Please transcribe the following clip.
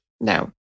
No